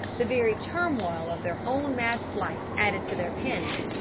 the very turmoil of their own mad flight added to their panic,